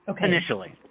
Initially